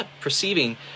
perceiving